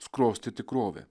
skrosti tikrovę